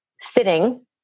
sitting